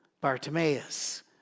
Bartimaeus